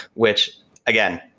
which again,